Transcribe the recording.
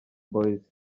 boyz